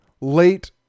late